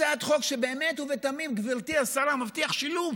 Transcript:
הצעת חוק שבאמת ובתמים, גברתי השרה, מבטיחה שילוב.